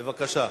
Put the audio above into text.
בבקשה.